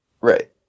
Right